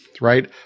right